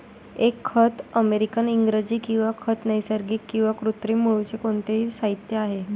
एक खत अमेरिकन इंग्रजी किंवा खत नैसर्गिक किंवा कृत्रिम मूळचे कोणतेही साहित्य आहे